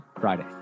friday